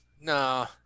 No